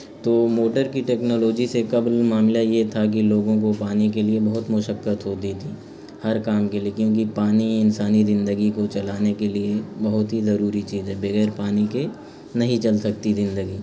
تو موٹر کی ٹیکنالوجی سے قبل معاملہ یہ تھا کہ لوگوں کو پانی کے لیے بہت مشقت ہوتی تھی ہر کام کے لیے کیونکہ پانی انسانی زندگی کو چلانے کے لیے بہت ہی ضروری چیز ہے بغیر پانی کے نہیں چل سکتی زندگی